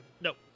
Nope